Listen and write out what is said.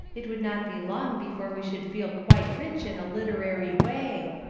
it would not be long before we should feel quite rich in a literary way.